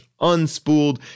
unspooled